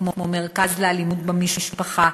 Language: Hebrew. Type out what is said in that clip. כמו מרכז לאלימות במשפחה,